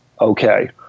Okay